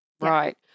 Right